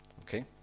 Okay